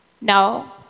No